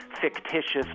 fictitious